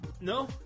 No